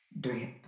Drip